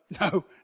no